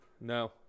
No